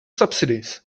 subsidies